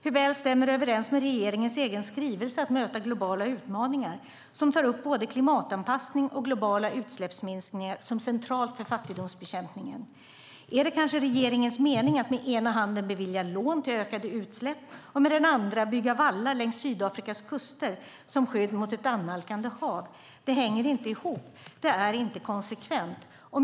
Hur väl stämmer det överens med regeringens egen skrivelse om att möta globala utmaningar, som tar upp både klimatanpassning och globala utsläppsminskningar som centralt för fattigdomsbekämpningen? Är det kanske regeringens mening att med ena handen bevilja lån till ökade utsläpp och med den andra bygga vallar längs Sydafrikas kuster som skydd mot ett annalkande hav? Det hänger inte ihop. Det är inte konsekvent.